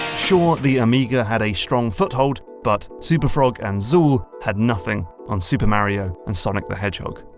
sure, the amiga had a strong foothold but superfrog and zool had nothing on super mario and sonic the hedgehog.